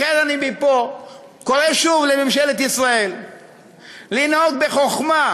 לכן אני מפה קורא שוב לממשלת ישראל לנהוג בחוכמה,